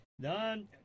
Done